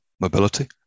mobility